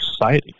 society